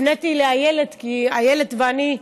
הפניתי לאיילת כי איילת ואני,